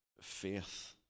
faith